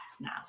now